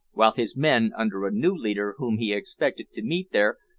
while his men, under a new leader whom he expected to meet there,